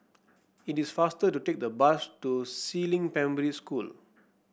it is faster to take the bus to Si Ling Primary School